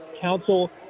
Council